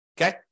Okay